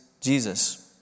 Jesus